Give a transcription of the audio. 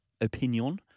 opinion